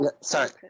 Sorry